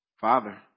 Father